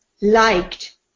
liked